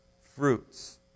fruits